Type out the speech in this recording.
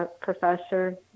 professor